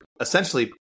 essentially